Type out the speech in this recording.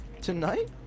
Tonight